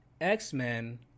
X-Men